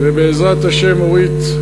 ובעזרת השם, אורית,